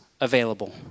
available